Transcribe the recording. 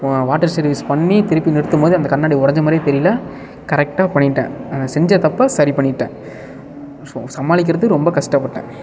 water service பண்ணி திருப்பி நிறுத்தும் போது அந்த கண்ணாடி உடஞ்ச மாறியும் தெரியிலை கரெக்ட்டாக பண்ணிட்டேன் செஞ்ச தப்ப சரி பண்ணிட்டே சமாளிக்கிறது ரொம்ப கஷ்டப்பட்டேன்